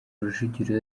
rujugira